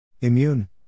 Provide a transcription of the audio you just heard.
Immune